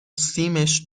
سیمش